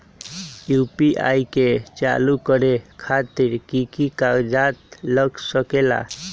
UPI के चालु करे खातीर कि की कागज़ात लग सकेला?